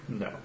No